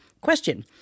Question